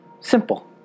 Simple